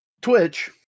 Twitch